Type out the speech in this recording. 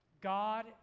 God